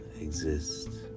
exist